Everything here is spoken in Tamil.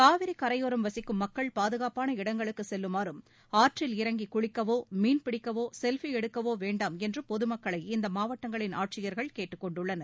காவிரி கரையோரம் வசிக்கும் மக்கள் பாதுகாப்பான இடங்களுக்கு செல்லுமாறும் ஆற்றில் இறங்கி குளிக்கவோ மீன் பிடிக்கவோ செல்பி எடுக்கவோ வேண்டாம் என்று பொதுமக்களை இந்த மாவட்டங்களின் ஆட்சியர்கள் கேட்டுக்கொண்டுள்ளனர்